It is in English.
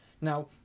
Now